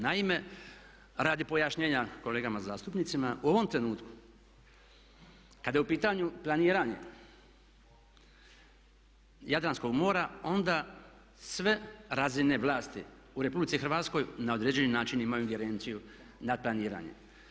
Naime, radi pojašnjenja kolegama zastupnicima u ovom trenutku kada je u pitanju planiranje Jadranskog mora onda sve razine vlasti u RH na određeni način imaju ingerenciju nad planiranjem.